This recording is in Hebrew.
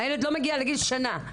הילד לא מגיע לגיל שנה.